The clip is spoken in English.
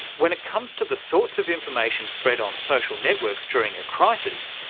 when it comes to the sorts of information spread on social networks during a crisis,